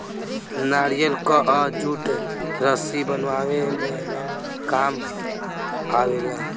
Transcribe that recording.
नारियल कअ जूट रस्सी बनावे में काम आवेला